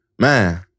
Man